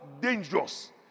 dangerous